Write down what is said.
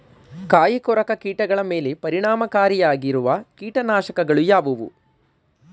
ಕಾಯಿಕೊರಕ ಕೀಟಗಳ ಮೇಲೆ ಪರಿಣಾಮಕಾರಿಯಾಗಿರುವ ಕೀಟನಾಶಗಳು ಯಾವುವು?